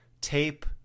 tape